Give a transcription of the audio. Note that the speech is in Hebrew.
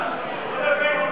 נתקבלה.